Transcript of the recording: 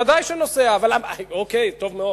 ודאי שנוסע, אוקיי.